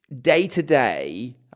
day-to-day